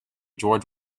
george